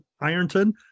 Ironton